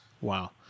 Wow